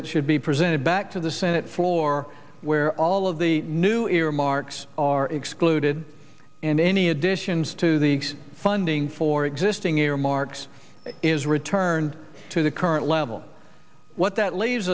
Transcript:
it should be presented back to the senate floor where all of the new earmarks are excluded and any additions to the funding for existing earmarks is returned to the current level what that leaves